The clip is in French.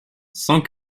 cent